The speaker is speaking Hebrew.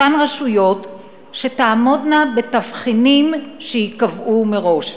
אותן רשויות שתעמודנה בתבחינים שייקבעו מראש?